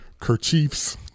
Kerchiefs